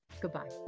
goodbye